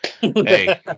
Hey